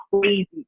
crazy